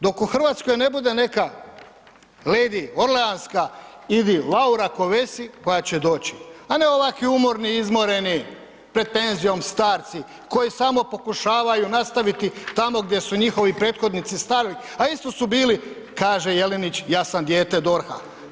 Dok u Hrvatskoj ne bude neka lady Orleanska ili Laura Kövesi koja će doći, a ne ovakvi umorni, izmoreni, pred penzijom starci koji samo pokušavaju nastaviti tamo gdje su njihovi prethodnici stali, a isto su bili, kaže Jelinić, ja sam dijete DORH-a.